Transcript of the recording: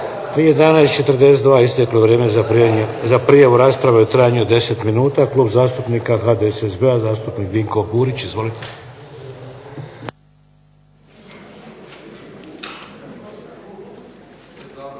11,42 isteklo je vrijeme za prijavu rasprave u trajanju od 10 minuta. Klub zastupnika HDSSB-a, zastupnik Dinko Burić. Izvolite. …